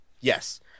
Yes